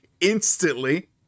instantly